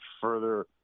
further